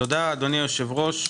תודה, אדוני היושב-ראש.